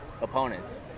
opponents